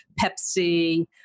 Pepsi